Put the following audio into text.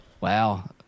Wow